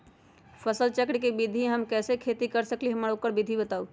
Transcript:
फसल चक्र के विधि से हम कैसे खेती कर सकलि ह हमरा ओकर विधि बताउ?